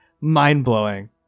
mind-blowing